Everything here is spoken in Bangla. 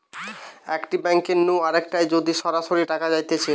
একটি ব্যাঙ্ক নু আরেকটায় যদি সরাসরি টাকা যাইতেছে